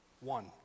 one